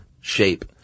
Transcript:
shape